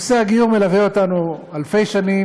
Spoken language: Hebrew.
נושא הגיור מלווה אותנו אלפי שנים,